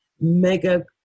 mega